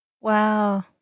Wow